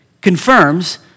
confirms